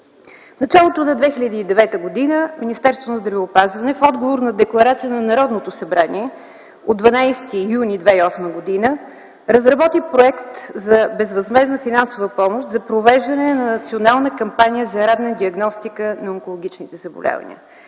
началото на 2009 г. Министерството на здравеопазването в отговор на Декларация на Народното събрание от 12 юни 2008 г. разработи проект за безвъзмездна финансова помощ за провеждане на национална кампания за ранна диагностика на онкологичните заболявания